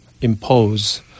impose